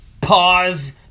Pause